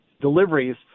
deliveries